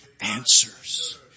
answers